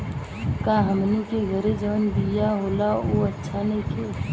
का हमनी के घरे जवन बिया होला उ अच्छा नईखे?